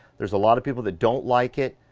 there's a lot of people that don't like it,